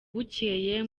bukeye